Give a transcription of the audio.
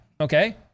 Okay